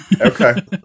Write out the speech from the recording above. Okay